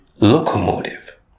locomotive